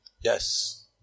Yes